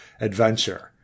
adventure